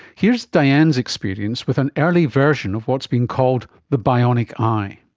here's diane's experience with an early version of what's being called the bionic eye.